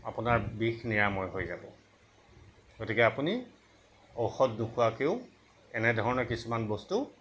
আপোনাৰ বিষ নিৰাময় হৈ যাব গতিকে আপুনি ঔষধ নোখোৱাকৈও এনে ধৰণে কিছুমান বস্তু